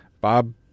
Bob